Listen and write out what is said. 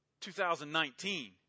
2019